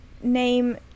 name